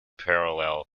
parallel